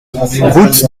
route